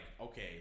okay